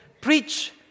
preach